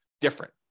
different